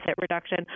reduction